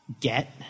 get